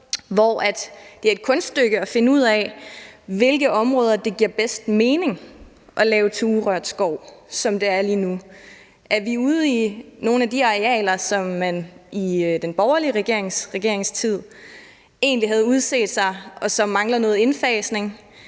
og det er et kunststykke at finde ud af, hvilke områder det giver bedst mening at lave til urørt skov, som det er lige nu. Er vi ude i nogle af de arealer, som man i den borgerlige regerings regeringstid egentlig havde udset sig, og som mangler noget indfasning?